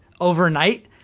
overnight